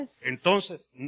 entonces